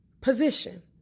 position